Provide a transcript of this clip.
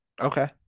Okay